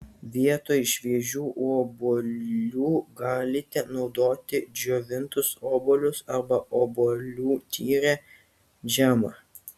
vietoj šviežių obuolių galite naudoti džiovintus obuolius arba obuolių tyrę džemą